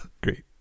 great